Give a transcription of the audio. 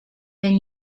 than